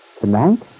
Tonight